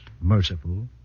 merciful